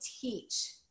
teach